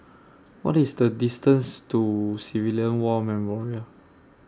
What IS The distance to Civilian War Memorial